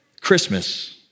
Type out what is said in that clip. Christmas